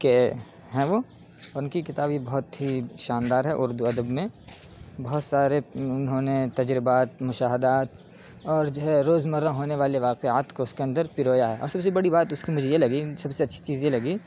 کے ہیں وہ ان کی کتاب یہ بہت ہی شاندار ہے اردو ادب میں بہت سارے انہوں نے تجربات مشاہدات اور جو ہے روز مرہ ہونے والے واقعات کو اس کے اندر پرویا ہے اور سب سے بڑی بات اس کی مجھے یہ لگی سب سے اچھی چیز یہ لگی